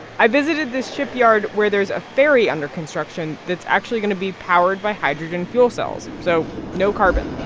i visited this shipyard where there's a ferry under construction that's actually going to be powered by hydrogen fuel cells, so no carbon